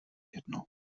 jedno